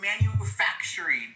manufacturing